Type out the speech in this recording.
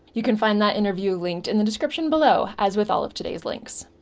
you can find that interview linked in the description below, as with all of today's links.